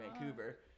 Vancouver